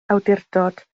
awdurdod